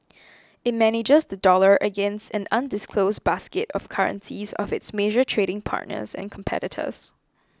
it manages the dollar against an undisclosed basket of currencies of its major trading partners and competitors